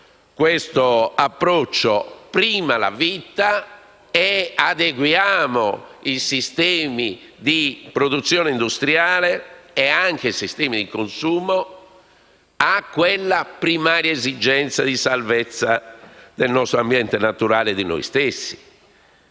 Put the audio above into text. questo approccio: prima la vita. Dopodiché adeguiamo i sistemi di produzione industriale e di consumo a quella primaria esigenza di salvezza del nostro ambiente naturale e di noi stessi.